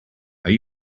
are